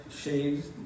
shades